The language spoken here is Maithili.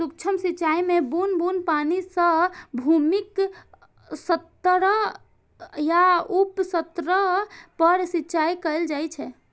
सूक्ष्म सिंचाइ मे बुन्न बुन्न पानि सं भूमिक सतह या उप सतह पर सिंचाइ कैल जाइ छै